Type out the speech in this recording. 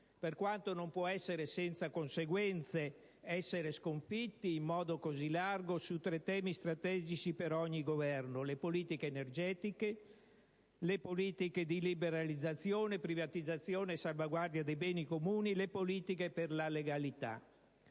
(per quanto non può essere senza conseguenze essere sconfitti in modo così largo su tre temi strategici per ogni Governo, quali le politiche energetiche, le politiche di liberalizzazione, privatizzazione e salvaguardia dei beni comuni, le politiche per la legalità.